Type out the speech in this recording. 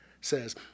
says